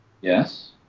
Yes